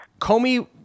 Comey